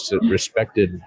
respected